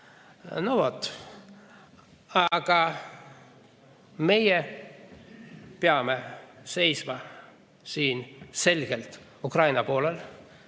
No vot. Aga meie peame seisma siin selgelt Ukraina poolel.